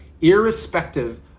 irrespective